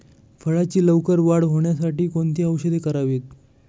फळाची लवकर वाढ होण्यासाठी कोणती औषधे वापरावीत?